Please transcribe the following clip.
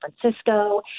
Francisco